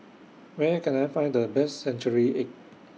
Where Can I Find The Best Century Egg